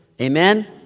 Amen